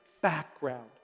background